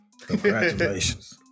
Congratulations